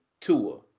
Tua